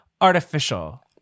artificial